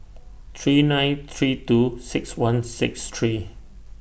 three nine three two six one six three